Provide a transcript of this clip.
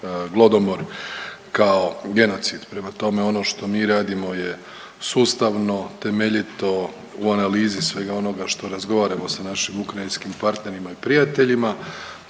Glodomor kao genocid. Prema tome, ono što mi radimo je sustavno, temeljito u analizi svega onoga što razgovaramo sa našim ukrajinskim partnerima i prijateljima.